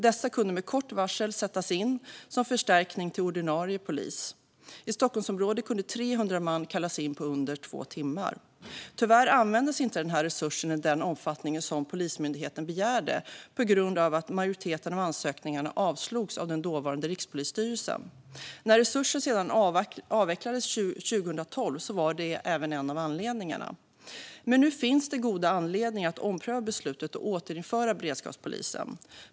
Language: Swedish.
Dessa kunde med kort varsel sättas in som förstärkning till den ordinarie polisen. I Stockholmsområdet kunde 300 man kallas in på under två timmar. Tyvärr användes inte denna resurs i den omfattning som Polismyndigheten begärde på grund av att majoriteten av ansökningarna avslogs av den dåvarande Rikspolisstyrelsen. När resursen avvecklades 2012 var det en av anledningarna. Nu finns goda anledningar att ompröva beslutet och återinföra beredskapspolisen.